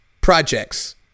projects